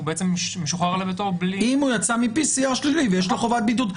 הוא משוחרר לביתו בלי --- אם הוא יצא מ-PCR שלילי ויש לו חובת בידוד.